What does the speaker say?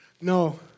no